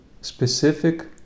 specific